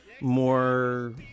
more